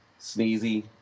Sneezy